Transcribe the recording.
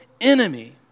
enemy